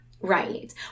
Right